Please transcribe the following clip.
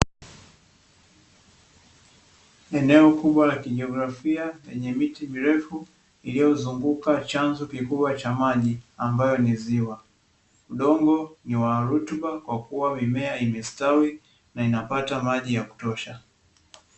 Eneo kubwa la kigeographia lenye miti mirefu iliyozunguka chanzo kikubwa cha maji ambayo ni ziwa. Udongo unarutuba kwakua mimea imestawi na inapata maji ya kutosha.